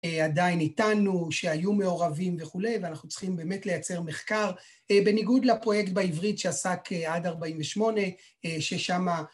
עדיין איתנו, שהיו מעורבים וכולי, ואנחנו צריכים באמת לייצר מחקר בניגוד לפרויקט בעברית שעסק עד 48' ששמע